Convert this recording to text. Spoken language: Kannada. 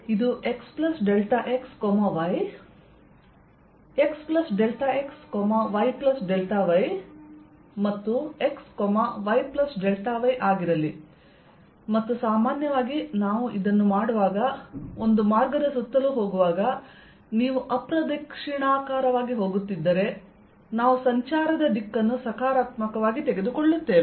ಇದು x plus delta x y x plus delta x y plus delta y ಮತ್ತು x y plus delta y ಆಗಿರಲಿ ಮತ್ತು ಸಾಮಾನ್ಯವಾಗಿ ನಾವು ಇದನ್ನು ಮಾಡುವಾಗ ಒಂದು ಮಾರ್ಗದ ಸುತ್ತಲೂ ಹೋಗುವಾಗ ನೀವು ಅಪ್ರದಕ್ಷಿಣಾಕಾರವಾಗಿ ಹೋಗುತ್ತಿದ್ದರೆ ನಾವು ಸಂಚಾರದ ದಿಕ್ಕನ್ನು ಸಕಾರಾತ್ಮಕವಾಗಿ ತೆಗೆದುಕೊಳ್ಳುತ್ತೇವೆ